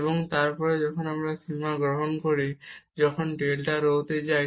এবং তারপর যখন আমরা সীমা গ্রহণ করি যখন ডেল্টা রো 0 তে যায়